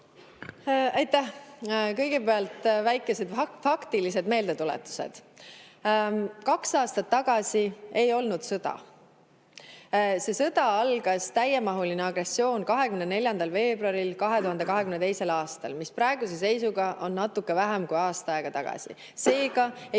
Aitäh! Kõigepealt väikesed faktilised meeldetuletused. Kaks aastat tagasi ei olnud sõda. See sõda, täiemahuline agressioon algas 24. veebruaril 2022. aastal, praeguse seisuga natuke vähem kui aasta aega tagasi. Seega ei